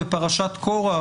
בפרשת קורח,